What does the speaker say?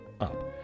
up